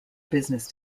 business